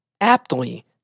aptly